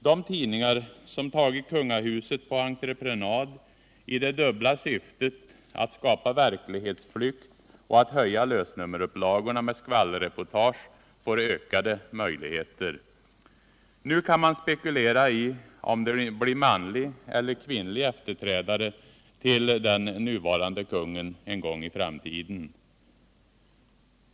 De tidningar som tagit kungahuset på entreprenad i det dubbla syftet att skapa verklighetsflykt och att höja lösnummerupplagorna med skvallerreportage får ökade möjligheter. Nu kan man spekulera i om det blir manlig eller kvinnlig efterträdare till den nuvarande kungen en gång i framtiden.